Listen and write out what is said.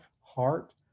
heart